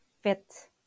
fit